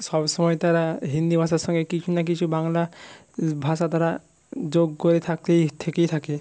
সবসময় তারা হিন্দি ভাষার সঙ্গে কিছু না কিছু বাংলা ভাষা তারা যোগ করে থাকেই থেকেই থাকে